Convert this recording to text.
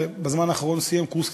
ובזמן האחרון הוא סיים קורס קצינים.